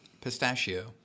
pistachio